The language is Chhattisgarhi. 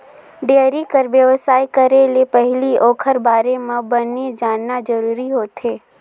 डेयरी कर बेवसाय करे ले पहिली ओखर बारे म बने जानना जरूरी होथे